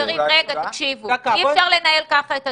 חברים, אי אפשר לנהל כך את הדיון.